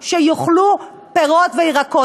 וראוי שיאכלו פירות וירקות.